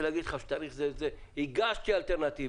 להגיד לך שבתאריך זה וזה הגשתי אלטרנטיבה,